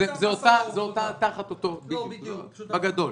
זה תחת אותו השכר בגדול.